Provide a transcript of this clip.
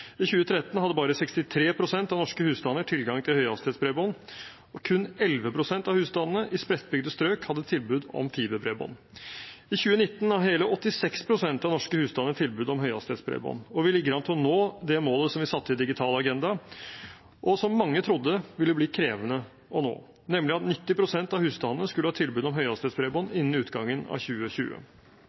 I 2013 hadde bare 63 pst. av norske husstander tilgang til høyhastighetsbredbånd, og kun 11 pst. av husstandene i spredtbygde strøk hadde tilbud om fiberbredbånd. I 2019 har hele 86 pst. av norske husstander tilbud om høyhastighetsbredbånd, og vi ligger an til å nå det målet som vi satte i Digital agenda, og som mange trodde ville bli krevende å nå, nemlig at 90 pst. av husstandene skulle ha tilbud om høyhastighetsbredbånd innen utgangen av 2020.